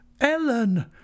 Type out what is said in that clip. Ellen